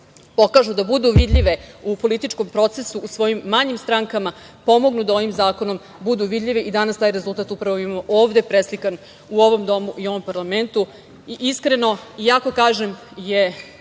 pokažu, da budu vidljive u političkom procesu, u svojim manjim strankama, pomognu da ovim zakonom budu vidljive i danas taj rezultat upravo imamo ovde, preslikan u ovom domu i u ovom parlamentu, i iskreno, iako kažem da